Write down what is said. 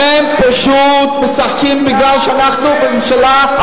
אתם פשוט משחקים בגלל שאנחנו בממשלה,